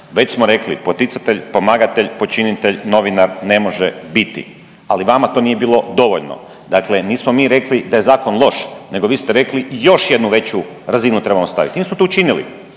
već smo rekli poticatelj, pomagatelj, počinitelj novinar ne može biti, ali vama to nije bilo dovoljno. Dakle, nismo mi rekli da je zakon loš nego vi ste rekli još jednu veću razinu trebamo staviti i mi smo to učinili.